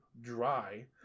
dry